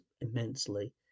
immensely